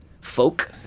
folk